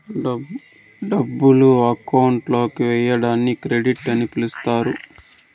డబ్బులు అకౌంట్ లోకి వేయడాన్ని క్రెడిట్ అని పిలుత్తారు